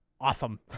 awesome